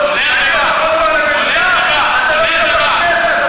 אנחנו ממשיכים בהצעה לסדר-היום.